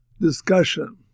discussion